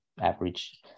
average